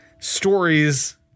Stories